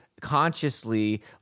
consciously